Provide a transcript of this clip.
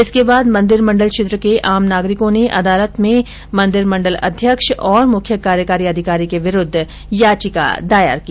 इसके बाद मंदिर मंडल क्षेत्र के आम नागरिकों ने अदालत में मंदिर मंडल अध्यक्ष और मुख्य कार्यकारी अधिकारी के विरूद्व याचिका दायर की